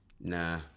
Nah